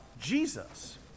Jesus